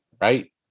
right